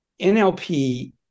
NLP